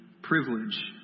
privilege